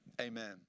Amen